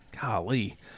Golly